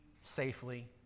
safely